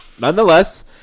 nonetheless